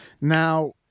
Now